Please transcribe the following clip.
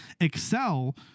excel